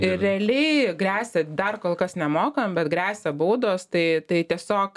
ir realiai gresia dar kol kas nemokam bet gresia baudos tai tai tiesiog